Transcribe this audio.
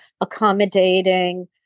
accommodating